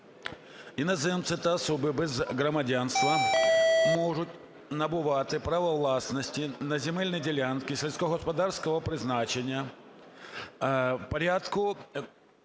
"Іноземці та особи без громадянства можуть набувати право власності на земельні ділянки сільськогосподарського призначення